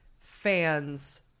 fans